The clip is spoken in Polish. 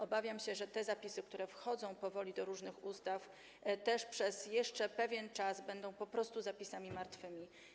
Obawiam się, że te zapisy, które wchodzą powoli do różnych ustaw, też jeszcze przez pewien czas będą po prostu zapisami martwymi.